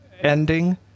ending